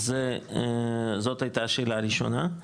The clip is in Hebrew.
זאת הייתה השאלה הראשונה.